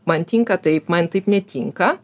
man tinka taip man taip netinka